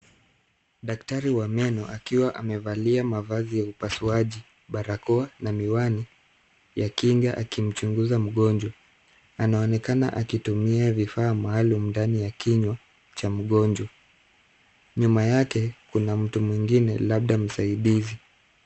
Daktari wa meno akiwa amevalia mavazi ya upasuaji, barakoa na miwani ya kinga akimchunguza mgonjwa. Anaonekana akitumia vifaa maalum ndani ya kinywa, cha mgonjwa. Nyuma yake, kuna mtu mwingine labda msaidizi.